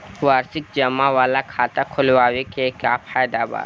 वार्षिकी जमा वाला खाता खोलवावे के का फायदा बा?